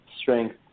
Strength